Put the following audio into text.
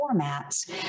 formats